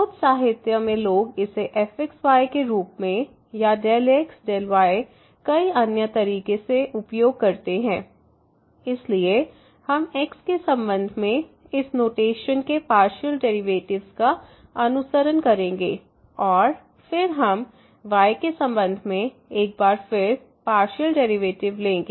कुछ साहित्य में लोग इसे fxy के रूप में या ∂x∂y कई अन्य तरीके से उपयोग करते हैं इसलिए हम x के संबंध में इस नोटेशन के पार्शियल डेरिवेटिव्स का अनुसरण करेंगे और फिर हम y के संबंध में एक बार फिर पार्शियल डेरिवेटिव लेंगे